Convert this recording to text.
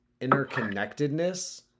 interconnectedness